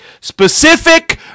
specific